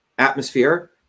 atmosphere